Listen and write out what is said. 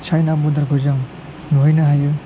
China बर्डारखौ जों नुहैनो हायो